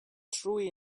true